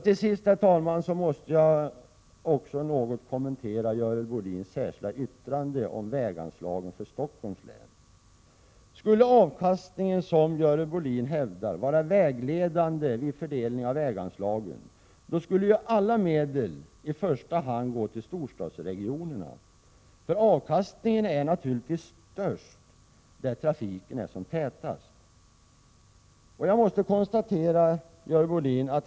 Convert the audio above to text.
Till sist, herr talman, måste jag också något kommentera Görel Bohlins särskilda yttrande om väganslagen för Stockholms län. Skulle avkastningen, som Görel Bohlin hävdar, vara vägledande vid fördelning av väganslagen, då skulle ju alla medel i första hand gå till storstadsregionerna, för avkastningen är naturligtvis störst där trafiken är tätast.